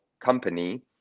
company